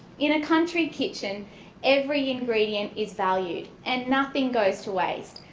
in a country kitchen every ingredient is valued and nothing goes to waste.